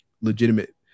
legitimate